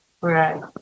right